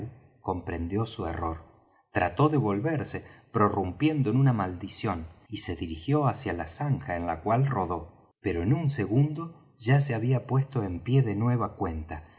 comprendió su error trató de volverse prorrumpiendo en una maldición y se dirijió hacia la zanja en la cual rodó pero en un segundo ya se había puesto en pie de nueva cuenta